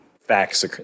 facts